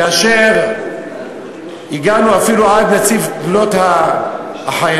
כאשר הגענו אפילו עד נציב תלונות החיילים,